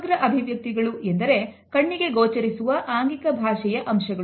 ಸಮಗ್ರ ಅಭಿವ್ಯಕ್ತಿಗಳು ಎಂದರೆ ಕಣ್ಣಿಗೆ ಗೋಚರಿಸುವ ಆಂಗಿಕ ಭಾಷೆಯ ಅಂಶಗಳು